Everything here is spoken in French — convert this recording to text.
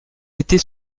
était